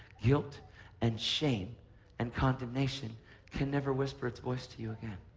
guilt and shame and condemnation can never whisper its voice to you again.